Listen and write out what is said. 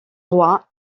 rois